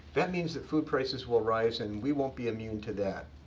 that means that food prices will rise, and we won't be immune to that.